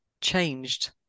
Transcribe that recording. changed